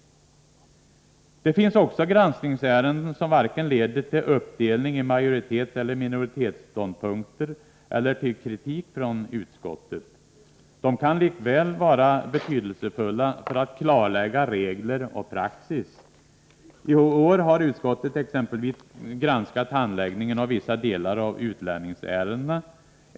Det finns också granskningsärenden som inte leder till vare sig uppdelning i majoritetsoch minoritetsståndpunkter eller kritik från utskottet. De kan likväl vara betydelsefulla för att klarlägga regler och praxis. I år har utskottet exempelvis granskat handläggningen av vissa delar av utlänningsärendena.